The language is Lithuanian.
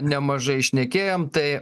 nemažai šnekėjom tai